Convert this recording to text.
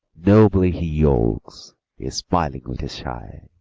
nobly he yokes a smiling with a sigh,